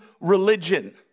religion